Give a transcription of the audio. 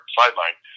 sideline